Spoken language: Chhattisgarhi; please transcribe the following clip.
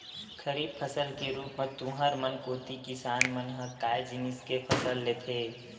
खरीफ फसल के रुप म तुँहर मन कोती किसान मन ह काय जिनिस के फसल लेथे?